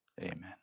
Amen